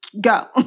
go